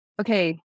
Okay